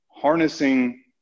harnessing